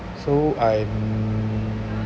so I